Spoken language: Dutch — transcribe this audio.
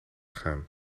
gaan